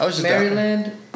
Maryland